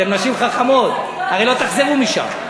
אתן נשים חכמות, הרי לא תחזרו משם.